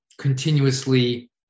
continuously